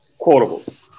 quotables